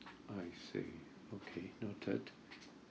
I see okay noted